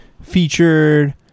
Featured